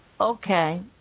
Okay